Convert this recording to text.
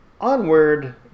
onward